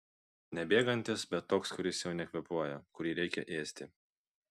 ne bėgantis bet toks kuris jau nekvėpuoja kurį reikia ėsti